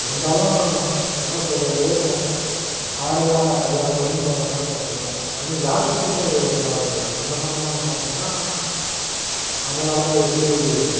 இருந்தாலும் என்ன சொல்கிறது ஆடையெலாம் சரியாக புரிஞ்சிப்பாங்கனு தான் சொல்ல முடியும் அது மாதிரி யாத்திஷைன்னே ஒரு படம் வந்தது அந்தப் படத்தில் வந்து பார்த்திங்கன்னா அந்த காலத்தில் எப்படி